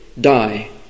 die